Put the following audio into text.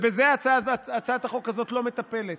בזה הצעת החוק הזאת לא מטפלת.